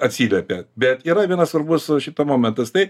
atsiliepė bet yra vienas svarbus šito momentas tai